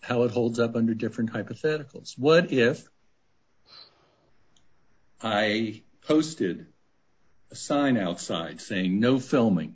how it holds up under different hypotheticals what if i posted a sign outside say no filming